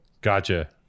Gotcha